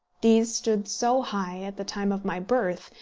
these stood so high at the time of my birth,